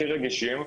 הכי רגישים,